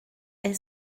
est